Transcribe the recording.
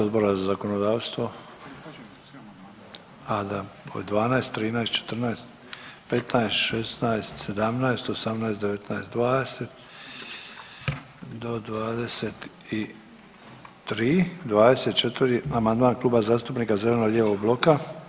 Odbora za zakonodavstvo [[Upadica: Prihvaćeni su svi amandmani odbora.]] a da, 12., 13., 14., 15., 16., 17., 18., 19., 20. do 23. 24. amandman Kluba zastupnika zeleno-lijevog bloka.